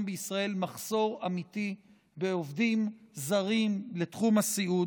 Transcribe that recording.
בישראל מחסור אמיתי בעובדים זרים בתחום הסיעוד,